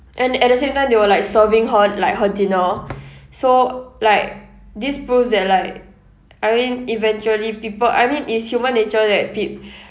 and at the same time they were like serving her like her dinner so like this proves that like I mean eventually people I mean it's human nature that peop~